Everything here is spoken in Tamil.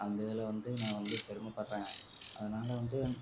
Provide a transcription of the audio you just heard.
அந்த இதில் வந்து நான் வந்து பெருமைப்பட்றேன் அதனால வந்து